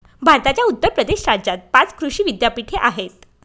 भारताच्या उत्तर प्रदेश राज्यात पाच कृषी विद्यापीठे आहेत